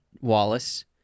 Wallace